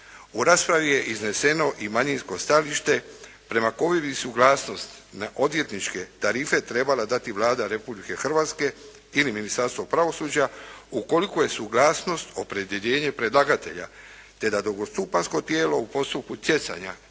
U raspravi je izneseno i manjinsko stajalište prema kojem bi suglasnost na odvjetničke tarife trebala dati Vlada Republike Hrvatske ili Ministarstvo pravosuđa ukoliko je suglasnost opredjeljenje predlagatelja te da drugostupanjsko tijelo u postupku stjecanja